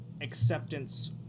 acceptance